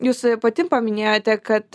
jūs pati paminėjote kad